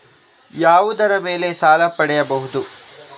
ಯಾವುದರ ಮೇಲೆ ಸಾಲ ಪಡೆಯಬಹುದು?